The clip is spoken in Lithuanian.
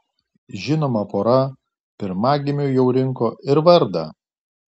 žinoma pora pirmagimiui jau rinko ir vardą